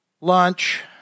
lunch